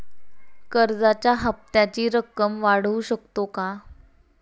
कर्जाच्या हप्त्याची रक्कम वाढवू शकतो का?